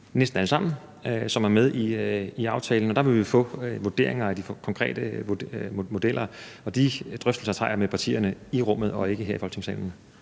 næsten alle sammen – som er med i aftalen, og der vil vi få vurderinger af de konkrete modeller. De drøftelser tager jeg med partierne i rummet og ikke her i Folketingssalen.